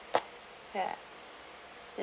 yeah